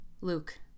Luke